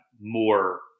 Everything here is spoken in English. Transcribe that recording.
more